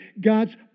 God's